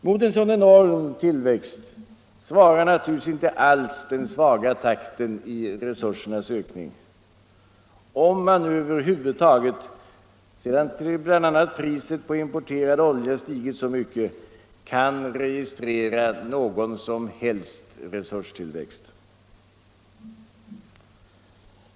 Mot en sådan enorm tillväxt svarar naturligtvis inte alls den svaga takten i resursernas ökning; om man över huvud taget, sedan nu priset på importerad olja stigit så mycket, kan registrera någon som helst resurstillväxt.